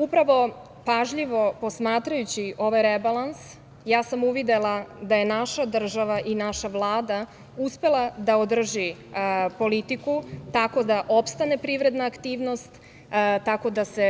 Upravo pažljivo posmatrajući ovaj rebalans ja sam uvidela da je naša država i naša Vlada uspela da održi politiku tako da opstane privredna aktivnost, tako da se